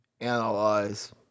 analyze